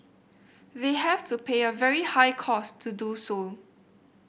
they have to pay a very high cost to do so